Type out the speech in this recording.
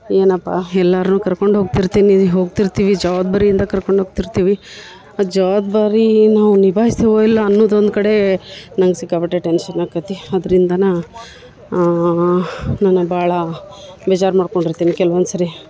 ಏನಪ್ಪ ಎಲ್ಲರ್ನೂ ಕರ್ಕೊಂಡು ಹೋಗ್ತಿರ್ತೀನಿ ಹೋಗ್ತಿರ್ತೀವಿ ಜವಾಬ್ದಾರಿಯಿಂದ ಕರ್ಕೊಂಡು ಹೋಗ್ತಿರ್ತೀವಿ ಆ ಜವಾಬ್ದಾರಿ ನಾವು ನಿಭಾಯಿಸ್ತೀವೋ ಇಲ್ವೋ ಅನ್ನೋದು ಒಂದು ಕಡೆ ನಂಗೆ ಸಿಕ್ಕಾಪಟ್ಟೆ ಟೆನ್ಶನ್ ಆಕತಿ ಅದ್ರಿಂದನೇ ನಾನು ಭಾಳ ಬೇಜಾರು ಮಾಡ್ಕೊಂಡು ಇರ್ತೀನಿ ಕೆಲ್ವೊಂದು ಸಾರಿ